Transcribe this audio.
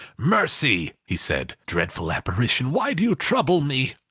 mercy! he said. dreadful apparition, why do you trouble me?